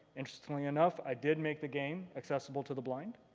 interestingly enough i did make the game accessible to the blind.